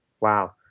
Wow